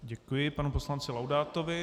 Děkuji panu poslanci Laudátovi.